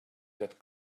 that